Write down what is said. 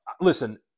Listen –